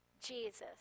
Jesus